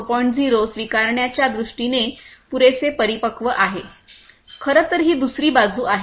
0 स्वीकारण्याच्या दृष्टीने पुरेसे परिपक्व आहे खरं तर ही दुसरी बाजू आहे